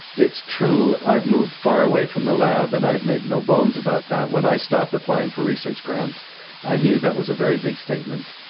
it's true i've moved far away from the lab and i've made no bones about that. when i stopped applying for research grants i knew that was a very big statement.